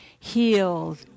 Healed